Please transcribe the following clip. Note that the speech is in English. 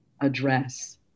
address